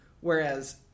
whereas